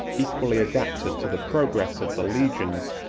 equally adapted to the progress of the legions,